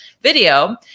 video